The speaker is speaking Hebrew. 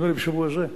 נדמה לי בשבוע הזה,